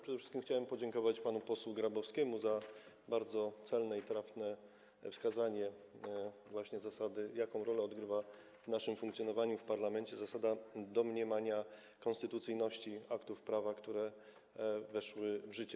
Przede wszystkim chciałbym podziękować panu posłowi Grabowskiemu za bardzo celne i trafne wskazanie, jaką rolę odgrywa w naszym funkcjonowaniu w parlamencie zasada domniemania konstytucyjności aktów prawa, które weszły w życie.